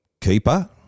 keeper